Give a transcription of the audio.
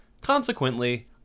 Consequently